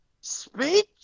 speak